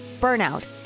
burnout